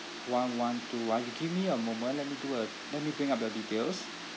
one one two one you give me a moment let me do a let me bring up your details